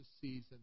season